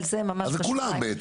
בעצם כולם.